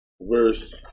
verse